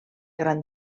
gran